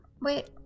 wait